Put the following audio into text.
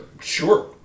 Sure